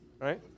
right